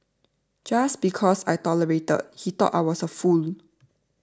just because I tolerated he thought I was a fool